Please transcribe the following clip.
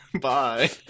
Bye